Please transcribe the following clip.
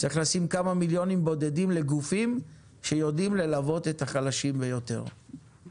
צריך לשים כמה מיליונים בודדים לגופים שיודעים ללוות את החלשים ביותר.